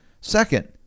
Second